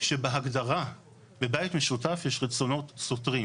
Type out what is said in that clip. שבהגדרה בבית משותף יש רצונות סותרים.